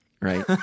right